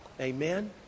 Amen